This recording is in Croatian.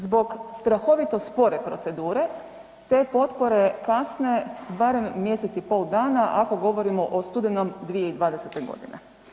Zbog strahovito spore procedure te potpore kasne barem mjesec i pol dana ako govorimo o studenom 2020. godine.